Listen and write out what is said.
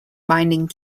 binding